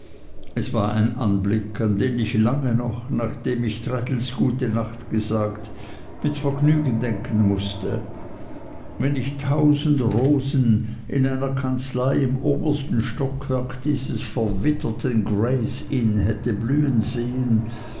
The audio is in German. es war ein anblick an den ich lange noch nachdem ich traddles gute nacht gesagt mit vergnügen denken mußte wenn ich tausend rosen in einer kanzlei im obersten stockwerk dieses verwitterten grays inn hätte blühen sehen